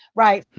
right.